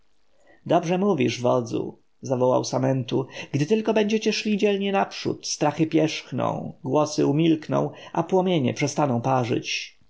dobrze mówisz wodzu zawołał samentu gdy tylko będziecie szli dzielnie naprzód strachy pierzchną głosy umilkną a płomienie przestaną